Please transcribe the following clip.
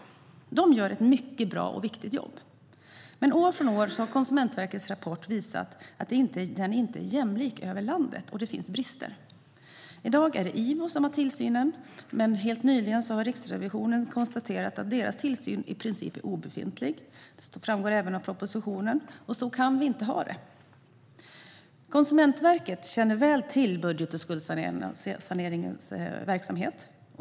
Rådgivarna gör ett mycket bra och viktigt jobb, men år efter år har Konsumentverkets rapport visat att rådgivningen inte är jämlik över landet och att det finns brister. I dag är det IVO som utövar tillsyn. Helt nyligen har Riksrevisionen konstaterat att IVO:s tillsyn i princip är obefintlig. Det framgår även av propositionen. Så kan vi inte ha det. Konsumentverket känner väl till budget och skuldsaneringens verksamhet.